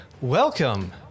welcome